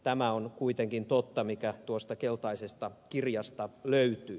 tämä on kuitenkin totta mikä tuosta keltaisesta kirjasta löytyy